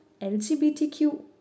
LGBTQ